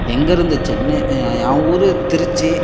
எங்கேருந்து சென்னை அவங்க ஊர் திருச்சி